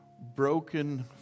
broken